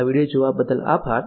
આ વિડીયો જોવા બદલ આભાર